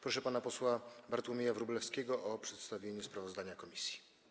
Proszę pana posła Bartłomieja Wróblewskiego o przedstawienie sprawozdania komisji.